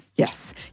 Yes